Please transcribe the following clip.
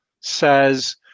says